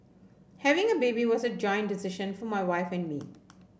having a baby was a joint decision for my wife and me